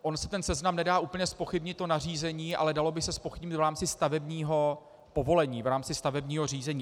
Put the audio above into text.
on se ten seznam nedá úplně zpochybnit, to nařízení, ale dalo by se zpochybnit v rámci stavebního povolení, v rámci stavebního řízení.